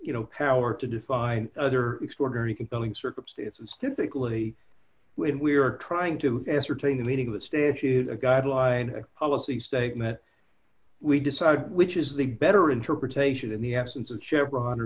you know power to defy other extraordinary compelling circumstances typically when we are trying to ascertain the meaning of the statute a guideline a policy statement we decide which is the better interpretation in the absence of chevron or